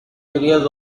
areas